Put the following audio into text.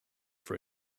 for